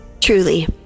Truly